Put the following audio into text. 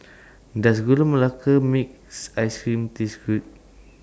Does Gula Melaka Makes Ice Cream Taste Good